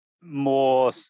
more